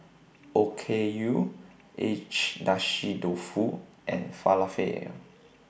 Okayu Agedashi Dofu and Falafel